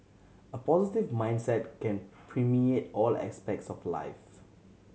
a positive mindset can permeate all aspects of life